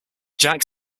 jack